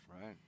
Right